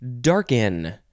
darken